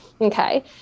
Okay